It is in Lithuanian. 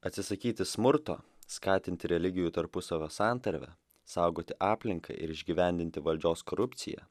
atsisakyti smurto skatinti religijų tarpusavio santarvę saugoti aplinką ir išgyvendinti valdžios korupciją